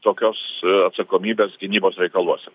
tokios atsakomybės gynybos reikaluose